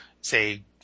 say